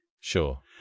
Sure